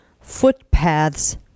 footpaths